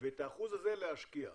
ואת האחוז הזה להשקיע.